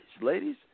ladies